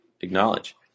acknowledge